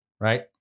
Right